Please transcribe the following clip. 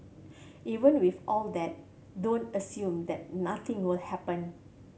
even with all that don't assume that nothing will happen